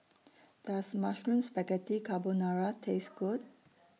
Does Mushroom Spaghetti Carbonara Taste Good